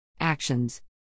Actions